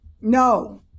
No